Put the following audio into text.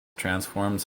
transforms